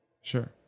Sure